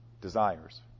desires